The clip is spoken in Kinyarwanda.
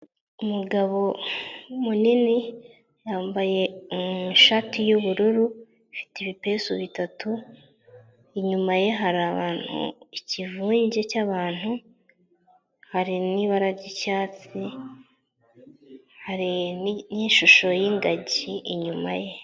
Umugabo munini yambaye ishati y'ubururu ifite ibipesu bitatu inyuma ye hari abantu ikivunge cy'abantu hari n'ibara ry'icyatsi hari n'ishusho y'ingagi inyuma ye.